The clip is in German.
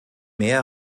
mehr